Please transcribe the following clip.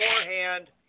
beforehand